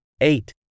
eight